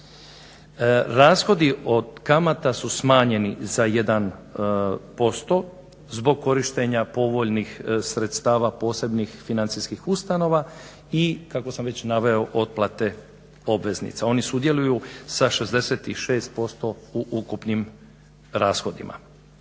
Rashodi od kamata su smanjeni za 1% zbog korištenja povoljnih sredstava posebnih financijskih ustanova i kako sam već naveo, otplate obveznica. Oni sudjeluju sa 66% u ukupnim rashodima.